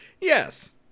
Yes